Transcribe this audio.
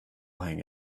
hang